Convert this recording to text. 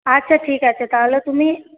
আচ্ছা ঠিক আছে তাহলে তুমি